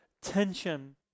tension